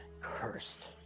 cursed